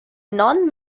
non